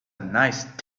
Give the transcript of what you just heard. nice